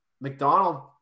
McDonald